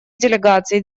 делегации